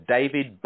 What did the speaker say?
David